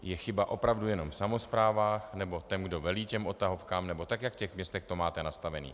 Je chyba opravdu jenom v samosprávách, nebo v tom, kdo velí odtahovkám, nebo tak jak v těch městech to máte nastaveno.